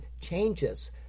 changes